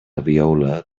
viola